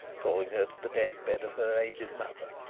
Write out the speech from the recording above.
calling her to the death-bed of her aged mother.